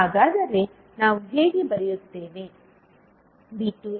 ಹಾಗಾದರೆ ನಾವು ಹೇಗೆ ಬರೆಯುತ್ತೇವೆ